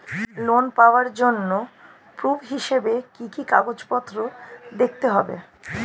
Loan পাওয়ার জন্য proof হিসেবে কি কি কাগজপত্র দেখাতে হবে?